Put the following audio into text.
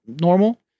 normal